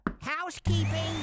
Housekeeping